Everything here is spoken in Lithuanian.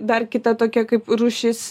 dar kita tokia kaip rūšis